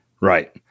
Right